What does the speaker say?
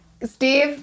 Steve